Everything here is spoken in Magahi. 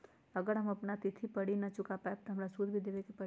अगर हम अपना तिथि पर ऋण न चुका पायेबे त हमरा सूद भी देबे के परि?